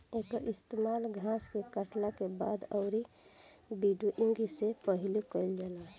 एकर इस्तेमाल घास के काटला के बाद अउरी विंड्रोइंग से पहिले कईल जाला